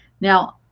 Now